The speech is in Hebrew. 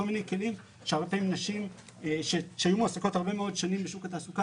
כל מיני כלים שהרבה מאוד פעמים נשים שהיו מועסקות מאוד שנים בשוק התעסוקה